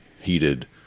heated